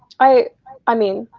i i mean,